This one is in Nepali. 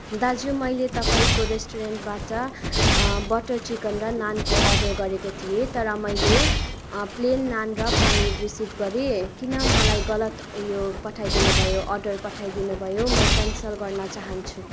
दाजु मैले तपाईँको रेस्टुरेन्टबाट बटर चिकन र नानको अर्डर गरेको थिएँ तर मैले प्लेन नान र पनिर रिसिभ गरेँ किन मलाई गलत उयो पठाइदिनु भयो अर्डर पठाइदिनु भयो म क्यान्सल गर्न चाहन्छु